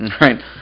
right